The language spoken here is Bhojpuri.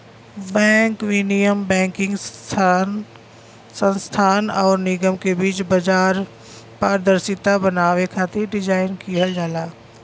बैंक विनियम बैंकिंग संस्थान आउर निगम के बीच बाजार पारदर्शिता बनावे खातिर डिज़ाइन किहल जाला